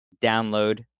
download